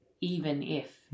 even-if